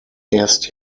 erst